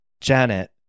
Janet